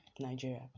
Nigeria